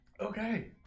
Okay